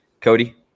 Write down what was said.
Cody